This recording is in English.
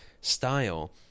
style